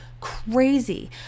crazy